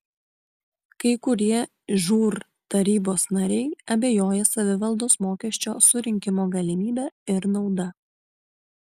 kai kurie žūr tarybos nariai abejoja savivaldos mokesčio surinkimo galimybe ir nauda